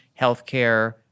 healthcare